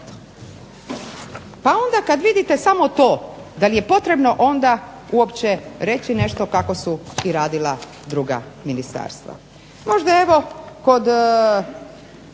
Pa onda kada vidite samo to, da li je potrebno reći nešto kako su radila druga ministarstva. Možda kod,